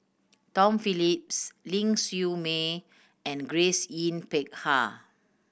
Tom Phillips Ling Siew May and Grace Yin Peck Ha